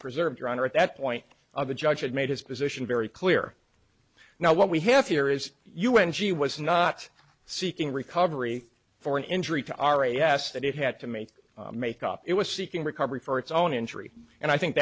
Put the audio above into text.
preserved your honor at that point of the judge had made his position very clear now what we have here is un she was not seeking recovery for an injury to r a s that it had to make make up it was seeking recovery for its own injury and i think